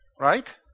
right